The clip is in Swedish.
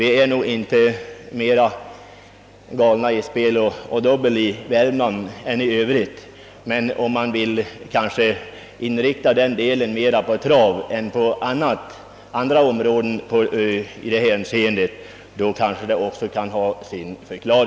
Vi är nog inte mera vana vid spel och dobbel i norra Värmland än i landet för övrigt, men man kanske kan inrikta intresset mera på trav än på annat.